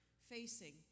facing